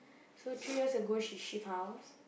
so three years ago she shift house